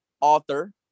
author